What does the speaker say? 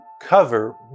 cover